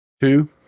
Two